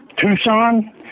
Tucson